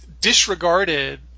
disregarded